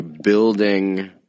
building